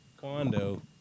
condo